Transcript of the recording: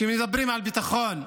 כשמדברים על ביטחון,